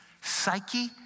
psyche